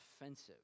offensive